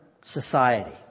society